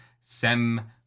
Sem